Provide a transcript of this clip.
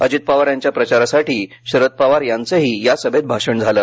अजित पवार यांच्या प्रचारासाठी शरद पवार यांचंही या सभेत भाषण झालं